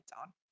on